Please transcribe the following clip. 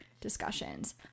discussions